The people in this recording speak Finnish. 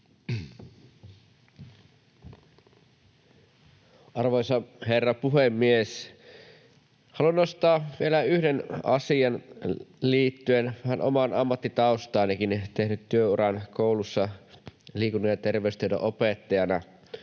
Arvoisa herra puhemies! Haluan nostaa vielä yhden asian liittyen vähän omaan ammattitaustaanikin — olen tehnyt työuran koulussa liikunnan ja terveystiedon opettajana.